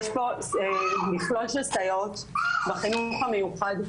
יש פה מכלול של סייעות בחינוך המיוחד,